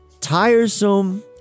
tiresome